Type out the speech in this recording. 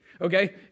Okay